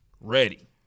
ready